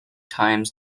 times